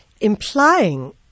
implying